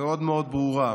מאוד מאוד ברורה.